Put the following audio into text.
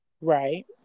Right